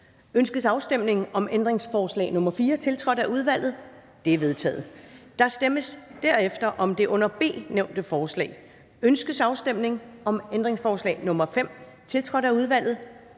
Ønskes afstemning om ændringsforslag nr. 4, tiltrådt af udvalget? Det er vedtaget. Der stemmes derefter om det under B nævnte lovforslag: Ønskes afstemning om ændringsforslag nr. 5, tiltrådt af udvalget?